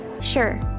Sure